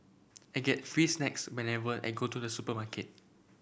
I get free snacks whenever I go to the supermarket